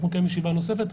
נקיים ישיבה נוספת,